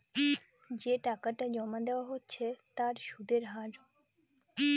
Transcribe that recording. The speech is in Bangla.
যে টাকাটা জমা দেওয়া হচ্ছে তার সুদের হার